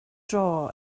dro